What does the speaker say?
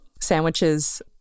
sandwiches